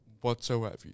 whatsoever